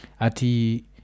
ati